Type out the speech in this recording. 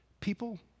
people